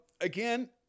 Again